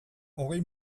hogei